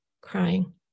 crying